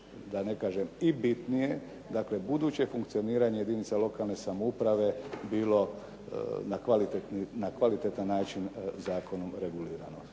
da ne kažem i bitnije. Dakle, buduće funkcioniranje jedinica lokalne samouprave bilo na kvalitetan način zakonom regulirano.